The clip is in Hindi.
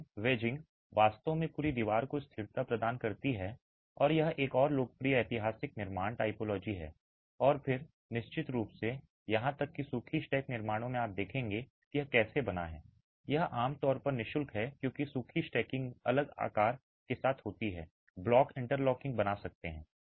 लेकिन वेजिंग वास्तव में पूरी दीवार को स्थिरता प्रदान करती है और यह एक और लोकप्रिय ऐतिहासिक निर्माण टाइपोलॉजी है और फिर निश्चित रूप से यहां तक कि सूखी स्टैक निर्माणों में आप देखेंगे कि यह कैसा है यह आम तौर पर नि शुल्क है क्योंकि सूखी स्टैकिंग अलग आकार के साथ होती है ब्लॉक इंटरलॉकिंग बना सकते हैं